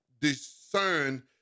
discern